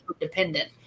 dependent